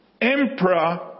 emperor